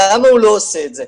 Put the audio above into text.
למה הוא לא עושה את זה?